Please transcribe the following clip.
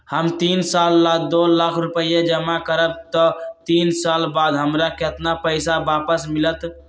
हम तीन साल ला दो लाख रूपैया जमा करम त तीन साल बाद हमरा केतना पैसा वापस मिलत?